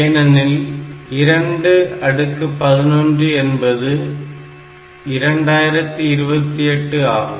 ஏனெனில் 211 என்பது 2028 ஆகும்